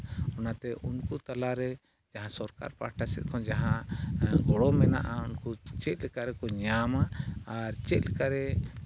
ᱚᱱᱟᱛᱮ ᱩᱱᱠᱩ ᱛᱟᱞᱟᱨᱮ ᱡᱟᱦᱟᱸ ᱥᱚᱨᱠᱟᱨ ᱯᱟᱦᱚᱴᱟ ᱥᱮᱫ ᱠᱷᱚᱱᱟᱜ ᱡᱟᱦᱟᱸ ᱜᱚᱲᱚ ᱢᱮᱱᱟᱜᱼᱟ ᱩᱱᱠᱩ ᱪᱮᱫ ᱞᱮᱠᱟ ᱨᱮᱠᱚ ᱧᱟᱢᱟ ᱟᱨ ᱪᱮᱫ ᱞᱮᱠᱟᱨᱮ